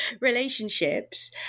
relationships